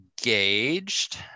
engaged